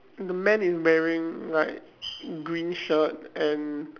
the man is wearing like green shirt and